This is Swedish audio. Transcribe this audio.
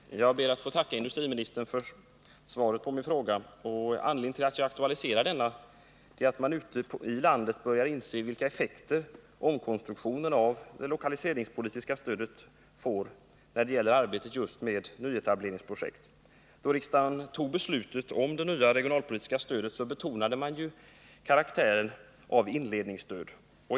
Herr talman! Jag ber att få tacka industriministern för svaret på min fråga. Anledningen till att jag aktualiserar den är att man ute i landet börjar inse vilka effekter omkonstruktionen av det lokaliseringspolitiska stödet får just när det gäller arbetet med nyetableringsprojekt. När riksdagen fattade beslutet om det nya regionalpolitiska stödet betonades dess karaktär av inledningsstöd.